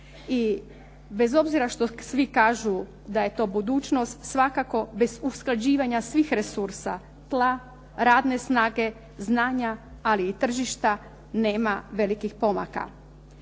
I bez obzira što svi kažu da je to budućnost svakako bez usklađivanja svih resursa, tla, radne snage, znanja, ali i tržišta nema velikih pomaka.